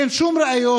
אין שום ראיות.